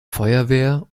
feuerwehr